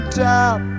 top